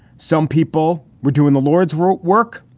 some people were doing the lord's rote work.